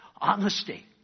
honesty